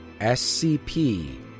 scp